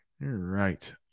right